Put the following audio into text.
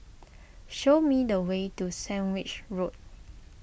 show me the way to Sandwich Road